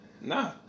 Nah